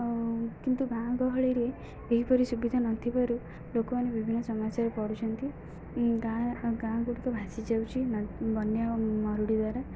ଆଉ କିନ୍ତୁ ଗାଁ ଗହଳିରେ ଏହିପରି ସୁବିଧା ନଥିବାରୁ ଲୋକମାନେ ବିଭିନ୍ନ ସମସ୍ୟାରେ ପଡ଼ୁଛନ୍ତି ଗାଁ ଗାଁ ଗୁଡ଼ିକ ଭାସି ଯାଉଛି ବନ୍ୟା ଓ ମରୁଡ଼ି ଦ୍ୱାରା